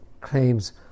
claims